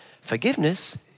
forgiveness